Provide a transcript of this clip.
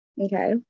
Okay